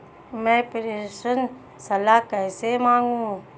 मैं प्रेषण सलाह कैसे मांगूं?